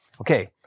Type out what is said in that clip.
Okay